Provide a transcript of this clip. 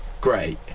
Great